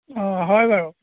অঁ হয় বাৰু